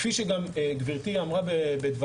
כפי שאמרה גם גברתי בדבריה,